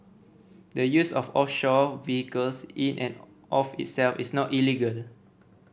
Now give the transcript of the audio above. the use of offshore vehicles in and of itself is not illegal